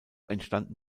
entstanden